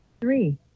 three